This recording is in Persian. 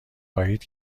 خواهید